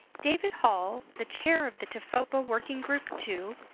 david holl, the chair of the tfopa working group two,